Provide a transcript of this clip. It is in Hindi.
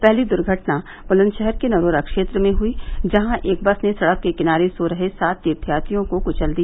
पहली दुर्घटना बुलंदशहर के नरोरा क्षेत्र में हुयी जहां एक बस ने सड़क के किनारे सो रहे सात तीर्थयात्रियों को कुचल दिया